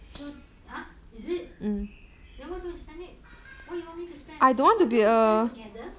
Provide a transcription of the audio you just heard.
so ah is it then why don't you why you want me to spend why don't we spend together